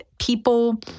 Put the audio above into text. people